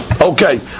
okay